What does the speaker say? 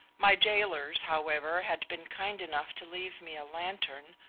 my jailers, however, had been kind enough to leave me a lantern,